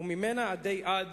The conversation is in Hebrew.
וממנה עדי עד